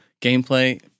gameplay